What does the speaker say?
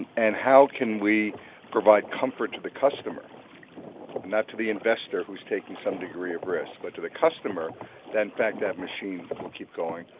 and and how can we provide comfort to the customer and not to the investor who's taken some degree of risk, but to the customer in fact that machine will keep going,